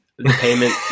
payment